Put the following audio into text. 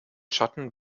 schatten